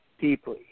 deeply